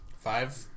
Five